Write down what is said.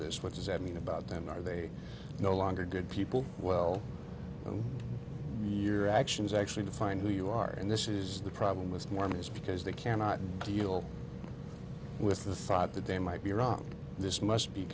this what does that mean about them are they no longer good people well your actions actually define who you are and this is the problem with mormons because they cannot deal with the thought that they might be wrong this must be